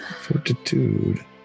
Fortitude